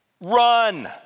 run